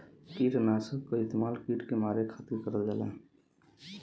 किटनाशक क इस्तेमाल कीट के मारे के खातिर करल जाला